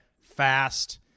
fast